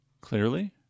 clearly